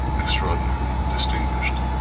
extraordinary, distinguished,